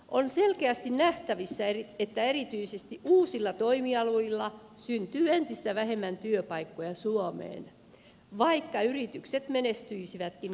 on selkeästi nähtävissä että erityisesti uusilla toimialoilla syntyy entistä vähemmän työpaikkoja suomeen vaikka yritykset menestyisivätkin kohtalaisesti